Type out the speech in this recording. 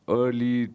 early